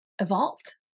evolved